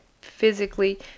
physically